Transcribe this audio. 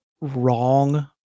wrong